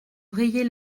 rayer